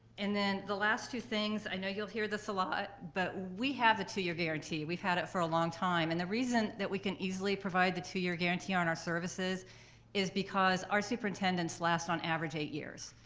and then the last two things, i know you'll hear this a lot, but we have the two-year guarantee. we've had it for a long time, and the reason that we can easily provide the two-year guarantee on our services is because our superintendents last on average eight years.